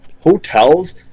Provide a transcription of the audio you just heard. hotels